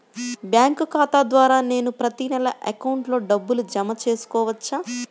Bank ఖాతా ద్వారా నేను ప్రతి నెల అకౌంట్లో డబ్బులు జమ చేసుకోవచ్చా?